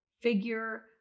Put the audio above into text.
figure